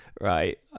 Right